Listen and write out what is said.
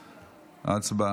הצבעה.